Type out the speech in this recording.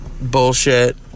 bullshit